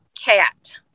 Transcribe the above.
cat